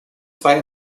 zwei